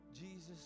Jesus